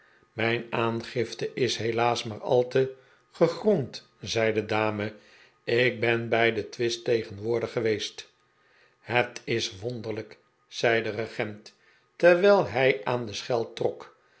mijn aangifte is helaas maar al te gegrond zei de dame ik ben bij den twist tegenwoordig geweest het is wonderlijk zei de regent terwijl hij aan de schel trok